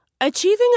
Achieving